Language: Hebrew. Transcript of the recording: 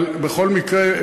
אבל בכל מקרה,